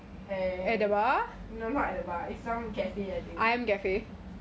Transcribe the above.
eh no not at the bar it's some cafe I think